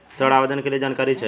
ऋण आवेदन के लिए जानकारी चाही?